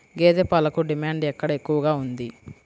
గేదె పాలకు డిమాండ్ ఎక్కడ ఎక్కువగా ఉంది?